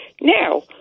Now